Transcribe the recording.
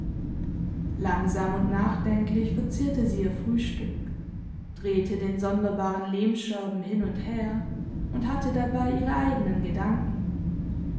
langsam und nachdenklich verzehrte sie ihr frühstück drehte den sonderbaren lehmscherben hin und her und hatte dabei ihre eigenen gedanken